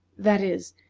that is,